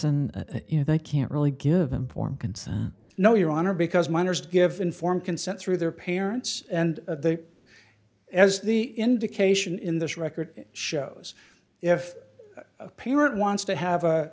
know they can't really give informed consent know your honor because minors give informed consent through their parents and the as the indication in this record shows if a parent wants to have a